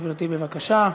גברתי, בבקשה.